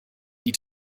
die